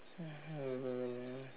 um